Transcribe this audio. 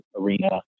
arena